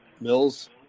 mills